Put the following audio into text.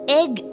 egg